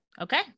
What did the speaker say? Okay